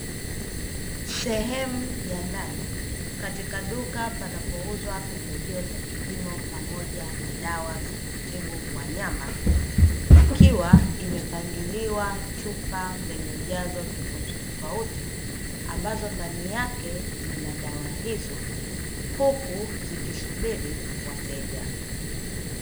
Sehemu ya ndani katika duka panapouzwa pembejeo za kilimo pamoja na dawa za kutibu wanyama ikiwa imepangiliwa chupa zenye ujazo tofauti tofauti ambazo ndani yake zina dawa hizo huku zikisubiri wateja.